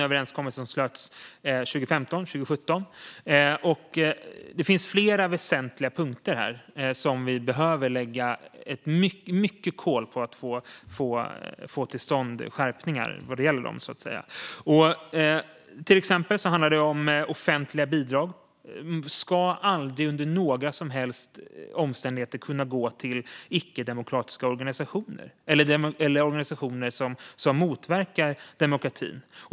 Överenskommelsen slöts 2015 och 2017. Där finns flera väsentliga punkter som vi behöver lägga mycket krut på för att få till stånd skärpningar. Det handlar till exempel om att offentliga bidrag aldrig, inte under några som helst omständigheter, ska kunna gå till icke-demokratiska organisationer eller organisationer som motverkar demokratin.